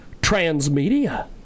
Transmedia